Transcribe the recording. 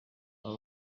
aba